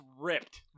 ripped